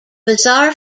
bizarre